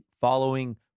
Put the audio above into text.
following